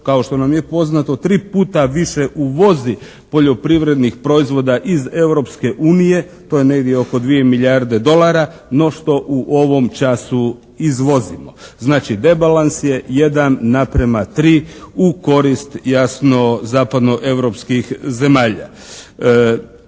kao što nam je poznato 3 puta više uvozi poljoprivrednih proizvoda iz Europske unije. To je negdje oko 2 milijarde dolara no što u ovom času izvozimo. Znači, rebalans je 1:3 u korist, jasno, zapadnoeuropskih zemalja.